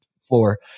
floor